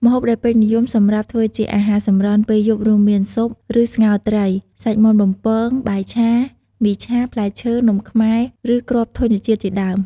ម្ហូបដែលពេញនិយមសម្រាប់ធ្វើជាអាហារសម្រន់ពេលយប់រួមមាន ស៊ុប ឬស្ងោរត្រី សាច់មាន់បំពង បាយឆា មីឆា ផ្លែឈើ នំខ្មែរ និងគ្រាប់ធញ្ញជាតិជាដើម។